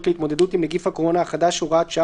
27 ו־28